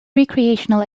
recreational